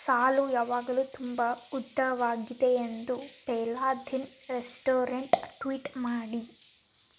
ಸಾಲು ಯಾವಾಗಲೂ ತುಂಬ ಉದ್ದವಾಗಿದೆ ಎಂದು ಫೆಹ್ಲಾಧಿನ್ ರೆಸ್ಟೋರೆಂಟ್ ಟ್ವೀಟ್ ಮಾಡಿ